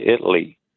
Italy